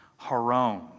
haron